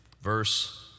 verse